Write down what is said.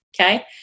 okay